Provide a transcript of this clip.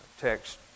text